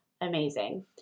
amazing